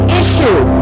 issue